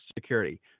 Security